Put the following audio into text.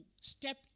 step